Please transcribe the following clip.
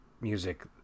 music